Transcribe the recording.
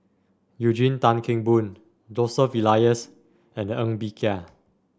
Eugene Tan Kheng Boon Joseph Elias and Ng Bee Kia